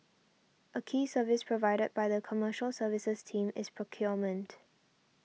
a key service provided by the Commercial Services team is procurement